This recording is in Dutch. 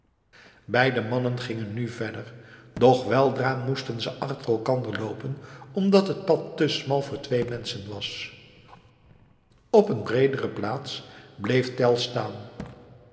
beide mannen gingen nu verder doch weldra moesten ze achter elkander loopen omdat het pad te smal voor twee menschen was op eene breedere plaats bleef tell staan